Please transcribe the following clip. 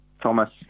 Thomas